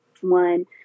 one